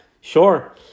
sure